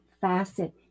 facet